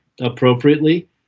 appropriately